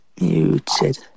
muted